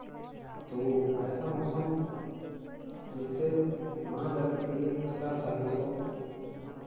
तो ऐसा मौसम जिससे मानव जाति के लिए खतरा साबित हो